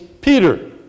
Peter